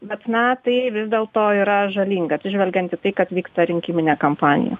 bet metai vis dėl to yra žalinga atsižvelgiant į tai kad vyksta rinkiminė kampanija